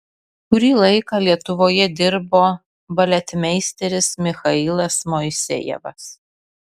kurį laiką lietuvoje dirbo baletmeisteris michailas moisejevas